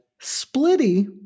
Splitty